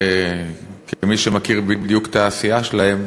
כמי שמכיר בדיוק את העשייה שלהם,